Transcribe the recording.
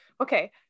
okay